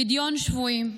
פדיון שבויים.